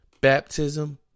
Baptism